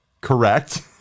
correct